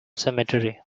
cemetery